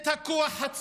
את הכוח הצבאי.